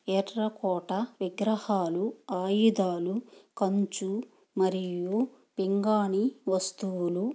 ఎర్రకోట విగ్రహాలు ఆయుధాలు కంచు మరియు పింగాణీ వస్తువులు